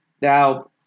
Now